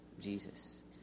Jesus